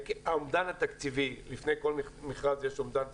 האומדן התקציבי לפני כל מכרז יש אומדן תקציבי.